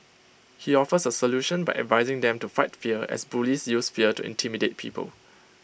she offers A solution by advising them to fight fear as bullies use fear to intimidate people